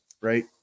right